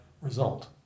result